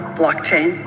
blockchain